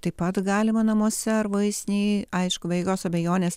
taip pat galima namuose ar vaistinėj aišku jokios abejonės